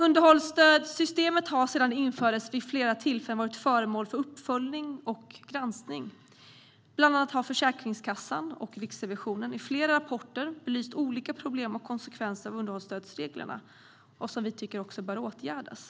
Underhållsstödssystemet har sedan det infördes varit föremål för uppföljning och granskning vid flera tillfällen. Bland annat har Försäkringskassan och Riksrevisionen i flera rapporter belyst olika problem och konsekvenser av underhållsstödsreglerna, och vi tycker att de bör åtgärdas.